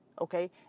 Okay